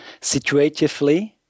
situatively